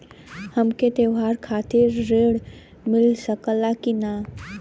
हमके त्योहार खातिर त्रण मिल सकला कि ना?